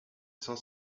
cinq